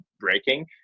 breaking